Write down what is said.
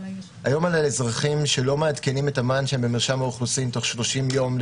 היום האזרחים שלא מעדכנים את המען שלהם במרשם האוכלוסין בתוך 30 יום,